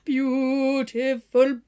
Beautiful